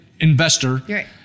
investor